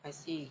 I see